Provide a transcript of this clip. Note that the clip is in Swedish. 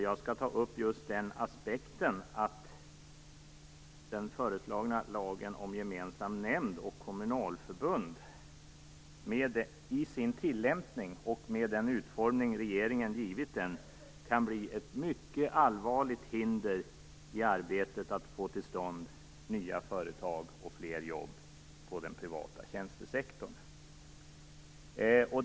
Jag skall ta upp aspekten att den föreslagna lagen om gemensam nämnd och kommunalförbund, i sin tillämpning och med den utformning regeringen givit den, kan bli ett mycket allvarligt hinder i arbetet att få till stånd nya företag och fler jobb i den privata tjänstesektorn.